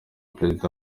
perezida